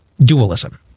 dualism